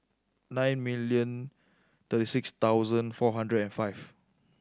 nine million thirty six thousand four hundred and five